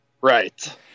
Right